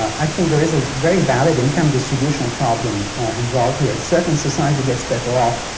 i think there is a very valid income distributional problem involved here. certainly society gets better off,